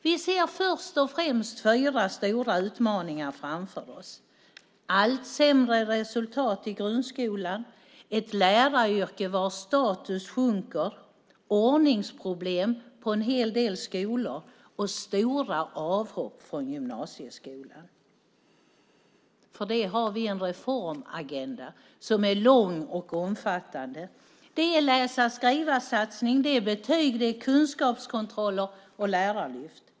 Vi ser först och främst fyra stora utmaningar framför oss: allt sämre resultat i grundskolan, ett läraryrke vars status sjunker, ordningsproblem på en hel del skolor och stora avhopp från gymnasieskolan. För detta har vi en reformagenda som är lång och omfattande. Det är läsa-skriva-räkna-satsning, betyg, kunskapskontroller och lärarlyft.